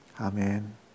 amen